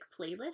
Playlist